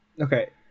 Okay